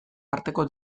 arteko